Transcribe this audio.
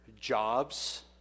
jobs